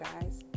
guys